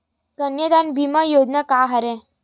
कन्यादान बीमा योजना का हरय?